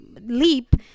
leap